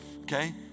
okay